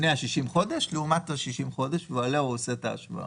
לפרט יש יתרה צבועה שצבורה לה ריבית של 5% צמודה